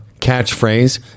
catchphrase